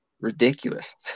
ridiculous